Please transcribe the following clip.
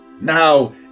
Now